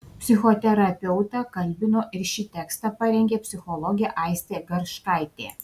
psichoterapeutą kalbino ir šį tekstą parengė psichologė aistė garškaitė